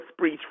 speech